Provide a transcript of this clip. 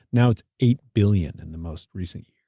now it's eight billion in the most recent